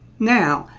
now,